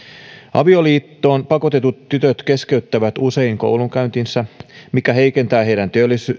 avioliittoon pakotetut tytöt keskeyttävät usein koulunkäyntinsä mikä heikentää heidän